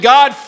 God